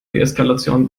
deeskalation